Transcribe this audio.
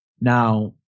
now